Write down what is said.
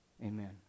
Amen